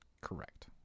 Correct